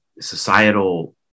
societal